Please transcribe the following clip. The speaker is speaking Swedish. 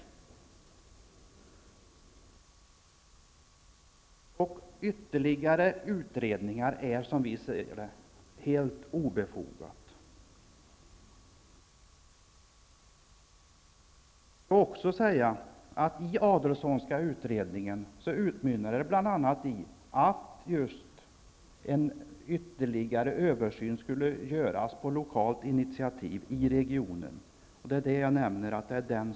Som vi ser det är ytterligare utredningar helt obefogade. Den Adelsohnska utredningen utmynnade bl.a. i att en ytterligare översyn skulle göras på lokalt initiativ i regionen. Det är den som också är färdig nu.